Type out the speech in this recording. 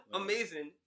amazing